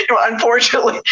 unfortunately